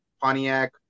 Pontiac